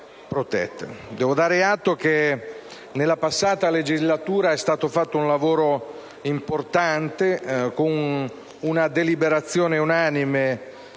Devo dare atto che nella passata legislatura è stato fatto un lavoro importante con una deliberazione unanime